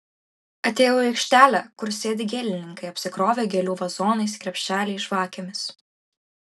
atėjau į aikštelę kur sėdi gėlininkai apsikrovę gėlių vazonais krepšeliais žvakėmis